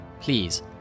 Please